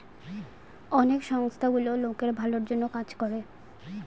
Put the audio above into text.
অনেক সংস্থা গুলো লোকের ভালোর জন্য কাজ করে